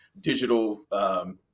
digital